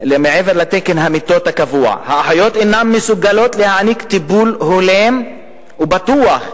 המיטות הקבוע: "האחיות אינן מסוגלות להעניק טיפול הולם ובטוח.